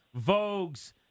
Vogues